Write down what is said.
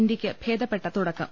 ഇന്ത്യയ്ക്ക് ഭേദപ്പെട്ട തുടക്കം